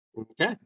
Okay